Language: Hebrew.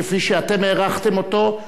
כפי שאתם הארכתם אותו,